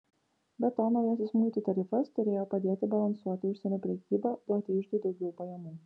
be to naujasis muitų tarifas turėjo padėti balansuoti užsienio prekybą duoti iždui daugiau pajamų